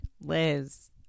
Liz